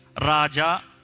Raja